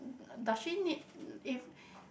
does she need if